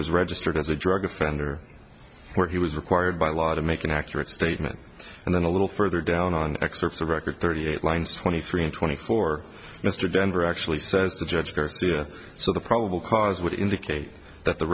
was registered as a drug offender where he was required by law to make an accurate statement and then a little further down on excerpts of record thirty eight lines twenty three and twenty four mr denver actually says the judge so the probable cause would indicate that the